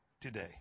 today